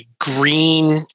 green